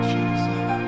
Jesus